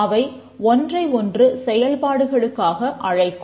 அவை ஒன்றை ஒன்று செயல்பாடுகளுக்காக அழைக்கும்